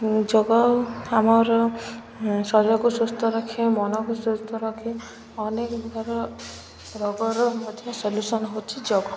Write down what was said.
ଯୋଗ ଆମର ଶରୀରକୁ ସୁସ୍ଥ ରଖେ ମନକୁ ସୁସ୍ଥ ରଖେ ଅନେକ ପ୍ରକାର ରୋଗର ମଧ୍ୟ ସଲ୍ୟୁସନ୍ ହେଉଛି ଯୋଗ